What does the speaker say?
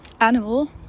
animal